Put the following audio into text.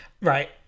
right